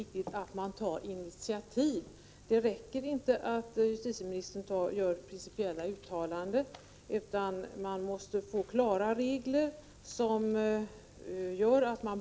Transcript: Arbetet skulle skei en ny enhet, RPS-konsult.